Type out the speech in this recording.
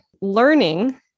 learning